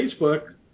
Facebook